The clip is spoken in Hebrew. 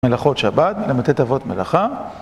מלאכות שבת, לט אבות מלאכה